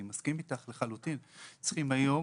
אני מסכים איתך לחלוטין, צריכים היום